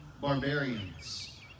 barbarians